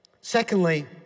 Secondly